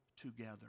together